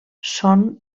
són